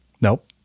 Nope